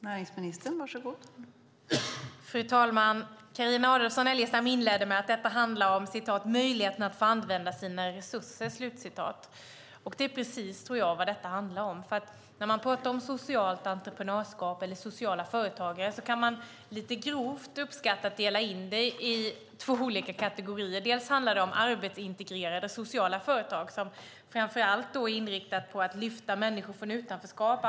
Fru talman! Carina Adolfsson Elgestam inledde med att detta handlar om möjligheten att få använda sina resurser. Jag tror att det är precis vad detta handlar om. När man pratar om socialt entreprenörskap eller sociala företagare kan man, lite grovt, dela in det i två olika kategorier. Den första handlar om arbetsintegrerade sociala företag som framför allt är inriktade på att lyfta människor från utanförskap.